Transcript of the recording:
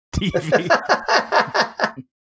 TV